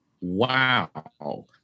Wow